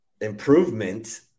improvement